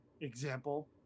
example